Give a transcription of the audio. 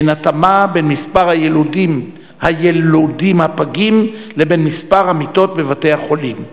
ואין התאמה בין מספר היילודים הפגים לבין מספר המיטות בבתי-החולים.